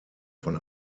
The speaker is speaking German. von